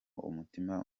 umutima